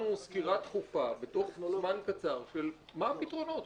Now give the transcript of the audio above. סקירה דחופה בתוך זמן קצר של מה הפתרונות,